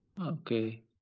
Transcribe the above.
Okay